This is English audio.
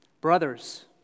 Brothers